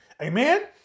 Amen